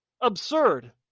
Absurd